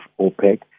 OPEC